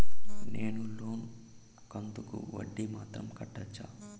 నేను లోను కంతుకు వడ్డీ మాత్రం కట్టొచ్చా?